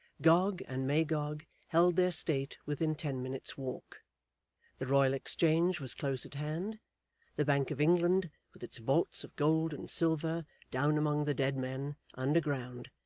gog and magog held their state within ten minutes' walk the royal exchange was close at hand the bank of england, with its vaults of gold and silver down among the dead men underground,